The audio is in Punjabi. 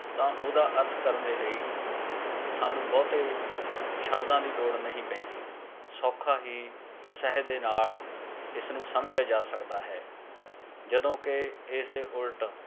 ਤਾਂ ਉਹਦਾ ਅਰਥ ਕਰਨ ਦੇ ਲਈ ਸਾਨੂੰ ਬਹੁਤੇ ਸ਼ਬਦਾਂ ਦੀ ਲੋੜ ਨਹੀਂ ਪੈਂਦੀ ਸੌਖਾ ਹੀ ਸਹਿਜ ਦੇ ਨਾਲ ਇਸ ਨੂੰ ਸਮਝਿਆ ਜਾ ਸਕਦਾ ਹੈ ਜਦੋਂ ਕਿ ਇਸ ਦੇ ਉਲਟ